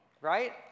right